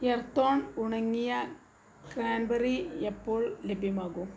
Earthon ഉണങ്ങിയ cranberry എപ്പോൾ ലഭ്യമാകും